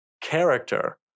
character